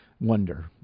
wonder